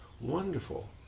wonderful